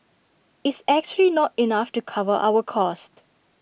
is actually not enough to cover our cost